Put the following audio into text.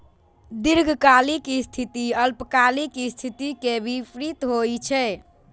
दीर्घकालिक स्थिति अल्पकालिक स्थिति के विपरीत होइ छै